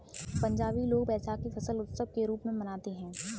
पंजाबी लोग वैशाखी फसल उत्सव के रूप में मनाते हैं